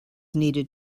needed